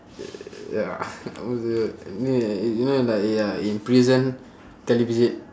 ya what's that ini you know like you are in prison televisit